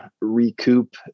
recoup